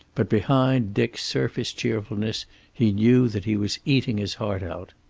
but behind dick's surface cheerfulness he knew that he was eating his heart out.